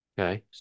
Okay